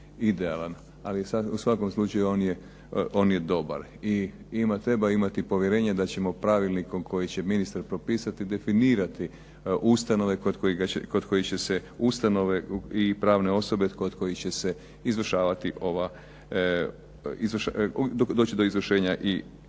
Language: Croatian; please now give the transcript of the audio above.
idealan ali u svakom slučaju on je dobar. I treba imati povjerenja da ćemo pravilnikom koji će ministar propisati definirati ustanove kod kojih će se ustanove i pravne osobe, kod kojih će se izvršavati ova, doći do izvršenja i